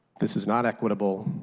this is not equitable,